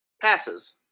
passes